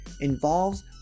involves